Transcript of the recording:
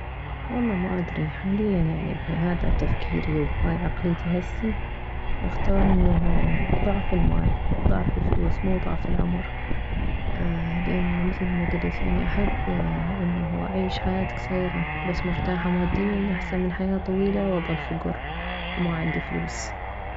والله ما ادري حاليا يعني بهذا تفكيري وبهاي عقليتي هسه اختار انه ضعف المال ضعف الفلوس مو ضعف العمر لان مثل مكلت يعني احب انه اعيش حياة كيرة بس مرتاحة ماديا احسن من حياة طويلة واظل فكر ماعندي فلوس